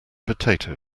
potato